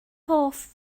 hoff